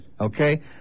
Okay